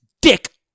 dick